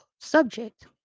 subject